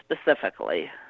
specifically